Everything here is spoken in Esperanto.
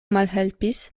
malhelpis